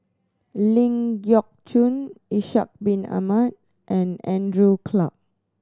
Ling Geok Choon Ishak Bin Ahmad and Andrew Clarke